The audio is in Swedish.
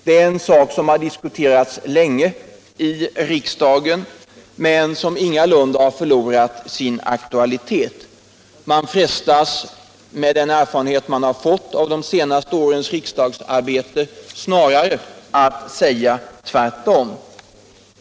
Det är en sak som har diskuterats länge i riksdagen, men som ingalunda har förlorat sin aktualitet. Med den erfarenhet man fått av de senaste årens riksdagsarbete frestas man snarare att säga tvärtom.